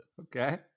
okay